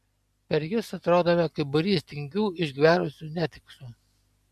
per jus atrodome kaip būrys tingių išgverusių netikšų